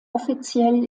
offiziell